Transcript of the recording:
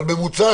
ממוצע